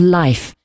life